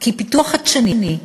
כי פיתוח חדשני,